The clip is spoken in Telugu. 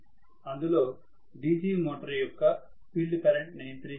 అందులో DC మోటార్ యొక్క ఫీల్డ్ కరెంటు నియంత్రించాము